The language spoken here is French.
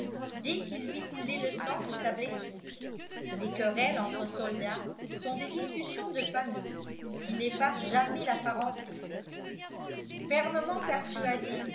dès qu'il vit couler le sang de sa blessure les querelles entre soldats sont des discussions de famille qui n'effacent jamais la parenté fermement persuadé